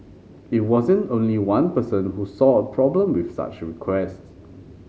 it wasn't only one person who saw a problem with such requests